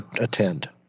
attend